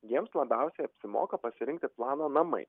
jiems labiausiai apsimoka pasirinkti planą namai